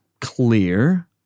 clear